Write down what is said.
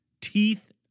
Teeth